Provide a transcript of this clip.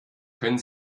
können